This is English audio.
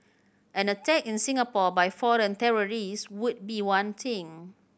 an attack in Singapore by foreign terrorists would be one thing